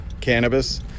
cannabis